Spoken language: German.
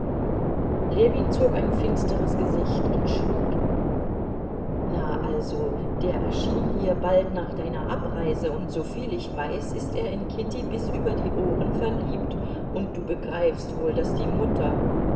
ljewin zog ein finsteres gesicht und schwieg na also der erschien hier bald nach deiner abreise und soviel ich weiß ist er in kitty bis über die ohren verliebt und du begreifst wohl daß die mutter